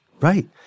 right